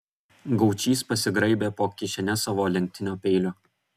gaučys pasigraibė po kišenes savo lenktinio peilio